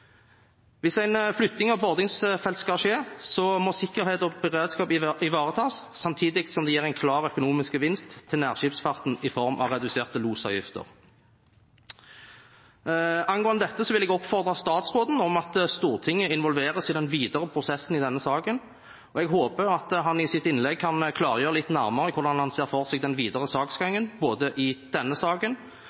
Hvis en flytting av bordingsfelt skal skje, må sikkerhet og beredskap ivaretas, samtidig som det gir en klar økonomisk gevinst til nærskipsfarten i form av reduserte losavgifter. Angående dette vil jeg oppfordre statsråden til å involvere Stortinget i den videre prosessen i denne saken. Jeg håper at han i sitt innlegg kan klargjøre litt nærmere hvordan han ser for seg den videre saksgangen, både i denne saken